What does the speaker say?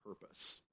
purpose